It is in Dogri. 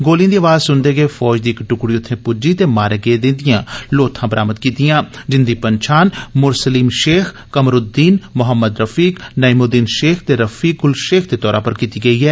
गोलिएं दी आवाज़ सुनदे गै फौज दी इक टुकड़ी उत्थे पुज्जी ते मारे गेदे दिया लोथां बरामद कीतियां जिंदी पंछान मुरसलीम शेख कमरउद्दीन मोहम्मद रफीक नइमुद्दीन शेख ते रफीक उलशेख दे तौरा पर कीती गेई ऐ